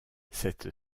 cette